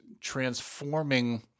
transforming